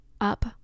up